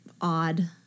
odd